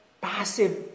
passive